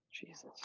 jesus